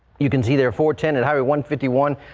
you can see there for ten and highway one fifty one.